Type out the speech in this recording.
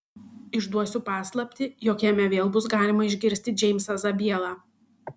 išduosiu paslaptį jog jame vėl bus galima išgirsti džeimsą zabielą